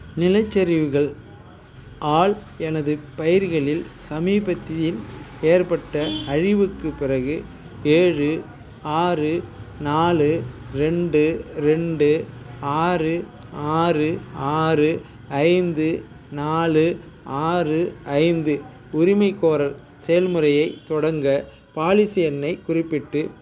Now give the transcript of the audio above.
நிலச்சரிவுகள் ஆல் எனது பயிர்களில் சமீபத்தியில் ஏற்பட்ட அழிவுக்குப் பிறகு ஏழு ஆறு நாலு ரெண்டு ரெண்டு ஆறு ஆறு ஆறு ஐந்து நாலு ஆறு ஐந்து உரிமைக் கோரல் செயல்முறையைத் தொடங்க பாலிசி எண்ணைக் குறிப்பிட்டு